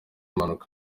mpanuka